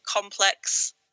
complex